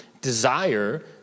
desire